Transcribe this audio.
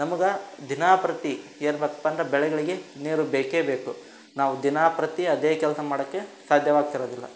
ನಮ್ಗೆ ದಿನಂಪ್ರತಿ ಅಂದ್ರೆ ಬೆಳೆಗಳಿಗೆ ನೀರು ಬೇಕೇ ಬೇಕು ನಾವು ದಿನ ಪ್ರತಿ ಅದೇ ಕೆಲಸ ಮಾಡೊಕ್ಕೆ ಸಾಧ್ಯವಾಗ್ತಿರೋದಿಲ್ಲ